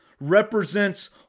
represents